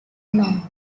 north